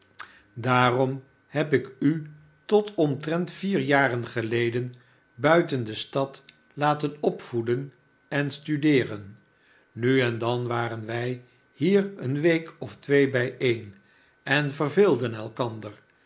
daarom heb ik u tot omtrent vier jaren geleden buiten de stad laten opvoeden en studeeren nu en dan waren wij hier eene week of twee bijeen en verveelden elkander